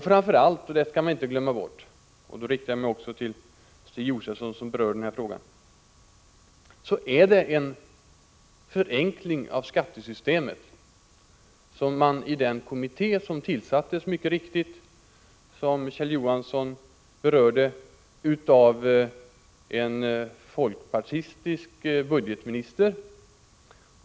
Framför allt skall man inte glömma bort — här riktar jag mig också till Stig Josefson, som berörde denna fråga — att det innebär en förenkling av skattesystemet, som föreslagits av den kommitté som, vilket Kjell Johansson mycket riktigt påpekar, tillsattes av en folkpartistisk budgetminister.